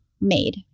made